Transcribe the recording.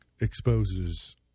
exposes